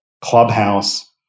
Clubhouse